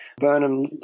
Burnham